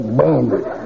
bandit